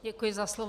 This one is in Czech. Děkuji za slovo.